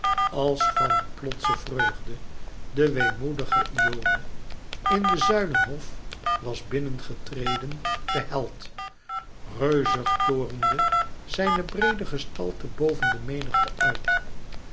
als van plotse vreugde de weemoedige iole in den zuilenhof was binnen getreden de held reuzig torende zijne breede gestalte boven de menigte uit